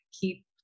keep